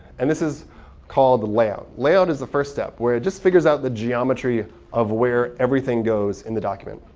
and this is called the layout. layout is the first step where it just figures out the geometry of where everything goes in the document.